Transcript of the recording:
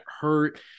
hurt